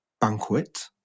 banquet